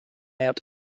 out